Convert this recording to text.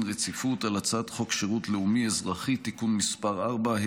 רציפות על הצעת חוק שירות לאומי-אזרחי (תיקון מס' 4),